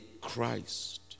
Christ